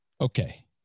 okay